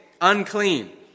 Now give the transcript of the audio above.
unclean